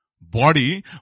body